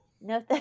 no